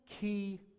key